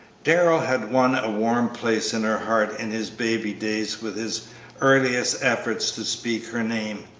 darrell had won a warm place in her heart in his baby days with his earliest efforts to speak her name.